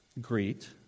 Greet